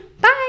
Bye